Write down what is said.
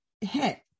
hit